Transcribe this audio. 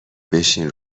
بشین